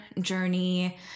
journey